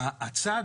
נכונה.